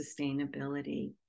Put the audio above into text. sustainability